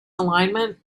alignment